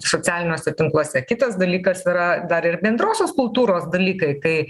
socialiniuose tinkluose kitas dalykas yra dar ir bendrosios kultūros dalykai kai